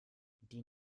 die